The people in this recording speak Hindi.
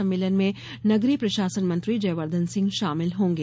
सम्मेलन में नगरीय प्रशासन मंत्री जयवर्धन सिंह शामिल होंगे